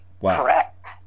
correct